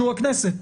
באישור הכנסת.